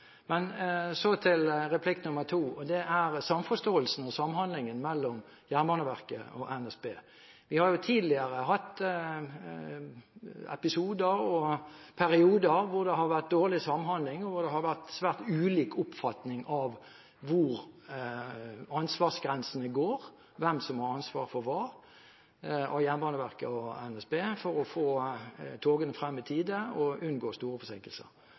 Men paradokset er at det er et jernbaneselskap som altså transporterer langt flere busspassasjerer enn togpassasjerer. Så til replikk nummer to, til samforståelsen og samhandlingen mellom Jernbaneverket og NSB. Vi har jo tidligere hatt episoder og perioder hvor det har vært dårlig samhandling, og hvor det har vært svært ulik oppfatning av hvor ansvarsgrensene går – hvem som har ansvar for hva, av Jernbaneverket og NSB – for å få togene frem i